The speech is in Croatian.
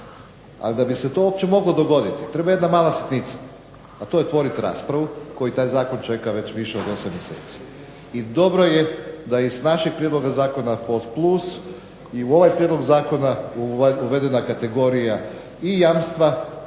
ali da bi se to uopće moglo dogoditi treba jedna mala sitnica, a to je otvorit raspravu koju taj zakon čeka već više od 8 mjeseci. I dobro je da iz naših prijedloga zakona POS+ i u ovaj prijedlog zakona je uvedena kategorija i jamstva